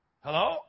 Hello